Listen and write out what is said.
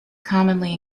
commonly